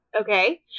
Okay